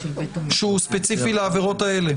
שהוא ספציפי לעבירות האלה.